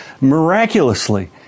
miraculously